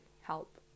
help